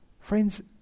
friends